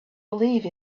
believe